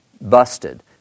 busted